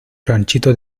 ranchito